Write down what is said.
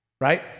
Right